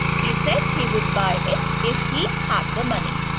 he said he would buy it if he had the money.